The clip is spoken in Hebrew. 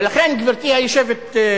לכן, גברתי היושבת-ראש,